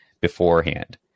beforehand